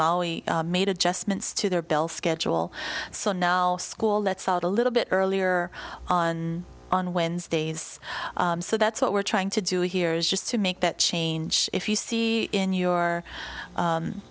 molly made adjustments to their bell schedule so now school lets out a little bit earlier on on wednesdays so that's what we're trying to do here is just to make that change if you see in your